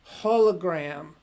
hologram